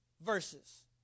verses